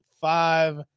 five